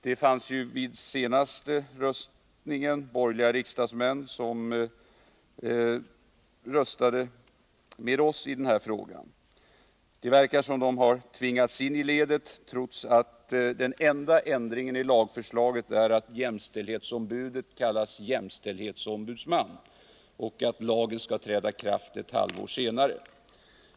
Det fanns vid senaste röstningen borgerliga riksdagsmän som röstade med oss i den här frågan. Det verkar som om de har tvingats in i ledet, trots att den enda ändringen av lagförslaget är att jämställdhetsombudet kallas jämställdhetsombudsman och att lagen skall träda i kraft ett halvår senare än man ursprungligen tänkt.